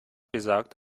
besagt